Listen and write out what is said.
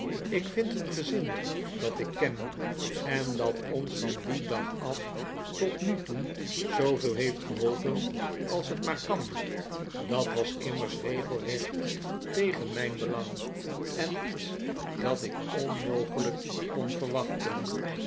ik vind een gezin dat ik ken en dat ons van dien dag af tot nu toe zooveel heeft geholpen als het maar kan dat was immers regelrecht tegen mijn belang en iets dat ik onmogelijk kon verwachten